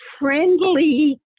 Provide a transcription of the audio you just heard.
friendly